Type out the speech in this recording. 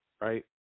right